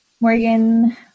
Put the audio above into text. Morgan